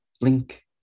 Link